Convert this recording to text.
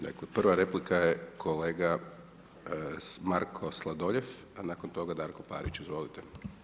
Dakle, prva replika je kolega Marko Sladoljev, a nakon toga Darko Parić, izvolite.